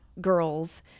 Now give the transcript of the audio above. Girls